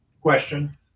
question